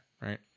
right